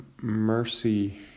mercy